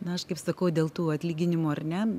na aš kaip sakau dėl tų atlyginimų ar ne